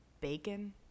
bacon